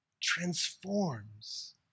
transforms